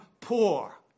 poor